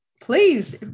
please